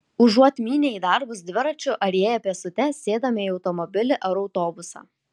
užuot mynę į darbus dviračiu ar ėję pėstute sėdame į automobilį ar autobusą